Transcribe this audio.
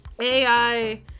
AI